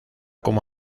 como